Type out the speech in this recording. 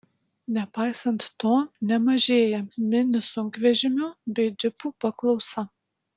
nepaisant to nemažėja mini sunkvežimių bei džipų paklausa